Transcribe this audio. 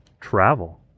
Travel